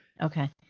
Okay